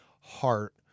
heart